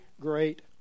great